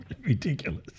Ridiculous